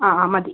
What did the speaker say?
അ അ മതി